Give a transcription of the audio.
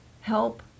help